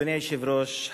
אדוני היושב-ראש,